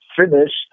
finished